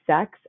sex